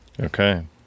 Okay